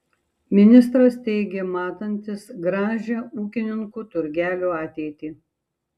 ministras teigė matantis gražią ūkininkų turgelių ateitį